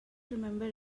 remember